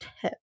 tip